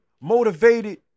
motivated